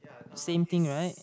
same thing right